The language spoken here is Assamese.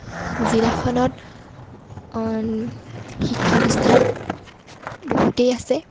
জিলাখনত শিক্ষা অনুষ্ঠান বহুতেই আছে